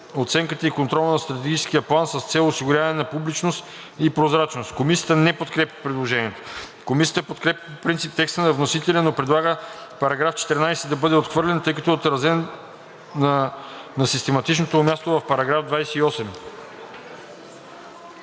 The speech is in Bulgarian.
оценката и контрола на Стратегическия план с цел осигуряване на публичност и прозрачност.“ Комисията не подкрепя предложението. Комисията подкрепя по принцип текста на вносителя, но предлага § 14 да бъде отхвърлен, тъй като е отразен на систематичното му място в § 28.